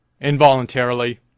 involuntarily